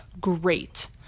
great